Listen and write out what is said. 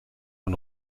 von